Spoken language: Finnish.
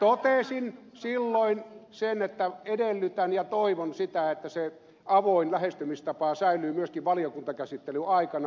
totesin silloin että edellytän ja toivon sitä että se avoin lähestymistapa säilyy myöskin valiokuntakäsittelyn aikana